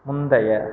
முந்தைய